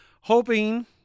hoping